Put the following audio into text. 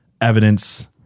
evidence